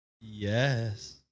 Yes